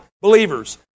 believers